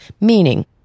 meaning